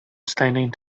standing